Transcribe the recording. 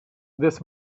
this